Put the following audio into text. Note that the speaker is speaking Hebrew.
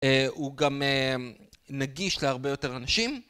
הוא גם נגיש להרבה יותר אנשים.